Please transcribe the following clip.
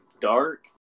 dark